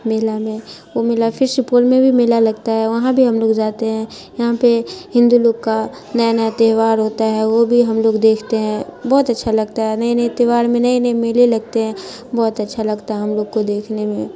میلہ میں وہ میلہ پھر شپول میں بھی میلہ لگتا ہے وہاں بھی ہم لوگ جاتے ہیں یہاں پہ ہندو لوگ کا نیا نیا تہوار ہوتا ہے وہ بھی ہم لوگ دیکھتے ہیں بہت اچھا لگتا ہے نئے نئے تہوار میں نئے نئے میلے لگتے ہیں بہت اچھا لگتا ہے ہم لوگ کو دیکھنے میں